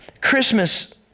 Christmas